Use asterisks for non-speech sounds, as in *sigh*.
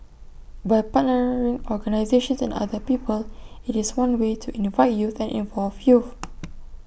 by partnering organisations and other people IT is one way to invite youth and involve youth *noise*